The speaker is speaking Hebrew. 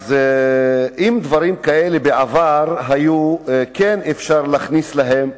אז אם דברים כאלה בעבר היה אפשר להכניס להם,